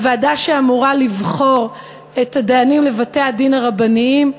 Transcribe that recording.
הוועדה שאמורה לבחור את הדיינים לבתי-הדין הרבניים.